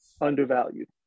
undervalued